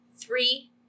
Three